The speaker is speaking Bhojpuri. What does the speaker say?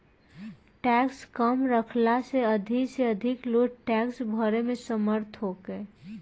टैक्स कम रखला से अधिक से अधिक लोग टैक्स भरे में समर्थ होखो